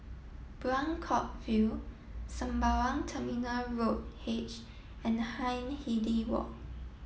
Buangkok View Sembawang Terminal Road H and Hindhede Walk